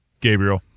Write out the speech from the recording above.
Gabriel